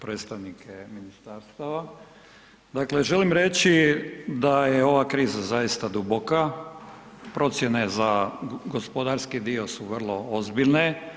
predstavnike ministarstava, dakle želim reći da je ova kriza zaista duboka, procjene za gospodarski dio su vrlo ozbiljne.